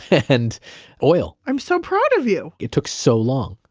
and oil i'm so proud of you it took so long,